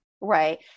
right